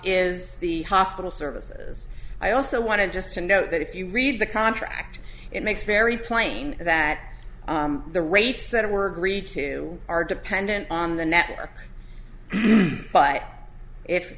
is the hospital services i also wanted just to know that if you read the contract it makes very plain that the rates that were greek to are dependent on the network but if